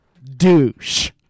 douche